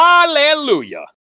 Hallelujah